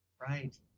Right